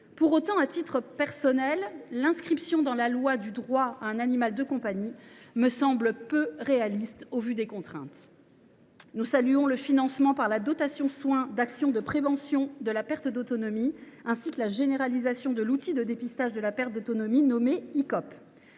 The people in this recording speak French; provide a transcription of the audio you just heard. excellente mesure. Toutefois, l’inscription dans la loi du droit à un animal de compagnie me semble, à titre personnel, peu réaliste au vu des contraintes. Nous saluons le financement, par la dotation soins, d’actions de prévention de la perte d’autonomie, ainsi que la généralisation de l’outil de dépistage de la perte d’autonomie (Icope).